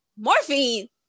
Morphine